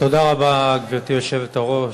תודה רבה, גברתי היושבת-ראש.